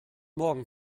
morgen